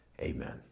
Amen